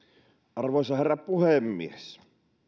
arvoisa herra puhemies